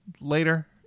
later